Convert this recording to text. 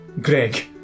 Greg